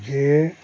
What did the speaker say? যেয়ে